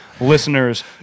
listeners